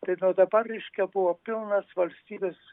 tai nuo dabar reiškia buvo pilnas valstybės